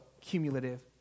cumulative